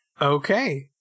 Okay